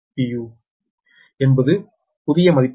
u என்பது புதிய மதிப்புகள்